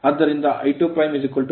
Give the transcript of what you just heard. ಆದ್ದರಿಂದ I2VZ 288